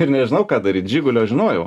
ir nežinau ką daryt žigulio žinojau